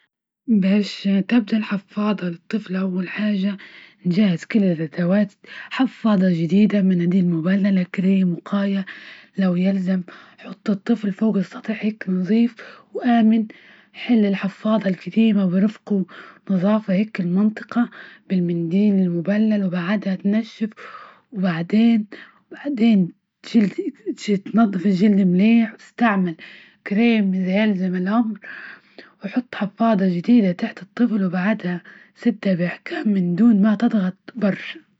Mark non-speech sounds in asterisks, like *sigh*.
باش تبدأ الحفاضة للطفل أول حاجة نجهز كل الأدوات حفاضة جديدة، مناديل مبللة، كريم وقاية لو يلزم حط الطفل فوق السطح هيك نظيف، وأمن حل الحفاضة الكتيمة برفق، نظافة هيك المنطقة بالمنديل، وبعدها تنشف وبعدين-بعدين *hesitation* تنظف الجلد منيح وأستعمل كريم إذا لزم الأمر، وحط حفاضة جديدة تحت الطفل، وبعدها سدة بحكام من دون ما تضغط برشا.